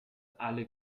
alle